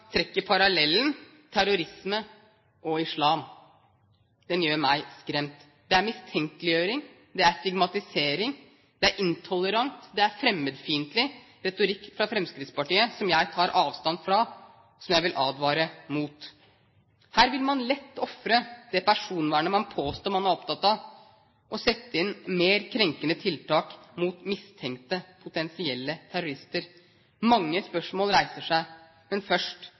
trekker parallellen terrorisme og islam, gjør meg skremt. Det er mistenkeliggjøring, det er stigmatisering, det er intoleranse, og det er fremmedfiendtlig retorikk fra Fremskrittspartiet som jeg tar avstand fra, og som jeg vil advare mot. Her vil man lett ofre det personvernet man påstår man er opptatt av, og sette inn mer krenkende tiltak mot mistenkte, potensielle terrorister. Mange spørsmål reiser seg, men først: